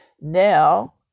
now